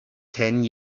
ten